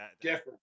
Different